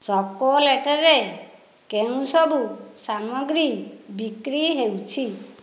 ଚକୋଲେଟ୍ରେ କେଉଁସବୁ ସାମଗ୍ରୀ ବିକ୍ରି ହେଉଛି